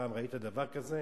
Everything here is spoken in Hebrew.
פעם ראית דבר כזה?